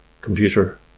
computer